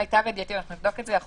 למיטב ידיעתי ואנחנו נבדוק את זה יכול